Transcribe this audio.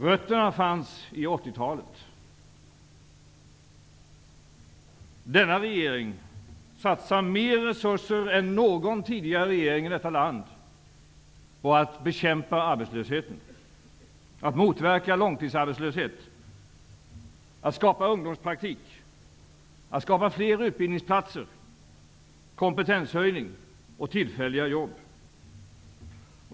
Rötterna finns i 80 Denna regering satsar mer resurser än någon tidigare regering i detta land på att bekämpa arbetslösheten, att motverka långtidsarbetslöshet, att skapa ungdomspraktik, att skapa fler utbildningsplatser, att få till stånd en kompetenshöjning och att skapa tillfälliga jobb.